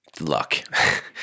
luck